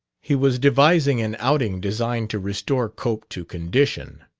he was devising an outing designed to restore cope to condition.